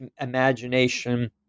imagination